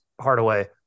Hardaway